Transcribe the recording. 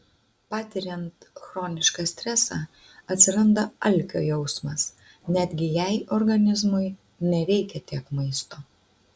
patiriant chronišką stresą atsiranda alkio jausmas netgi jei organizmui nereikia tiek maisto